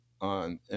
on